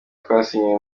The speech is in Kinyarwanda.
twasinye